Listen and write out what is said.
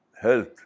health